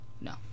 No